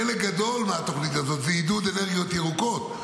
חלק גדול מהתוכנית הזאת זה עידוד אנרגיות ירוקות,